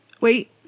Wait